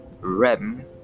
rem